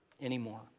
anymore